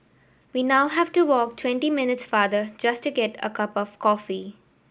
we now have to walk twenty minutes farther just to get a cup of coffee